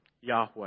Yahweh